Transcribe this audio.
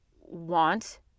want